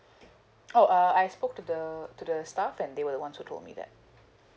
oh uh I spoke to the to the staff and they were one who told me that